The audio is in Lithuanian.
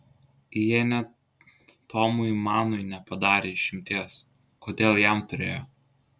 jie net tomui manui nepadarė išimties kodėl jam turėjo